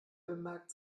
bemerkt